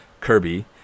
Kirby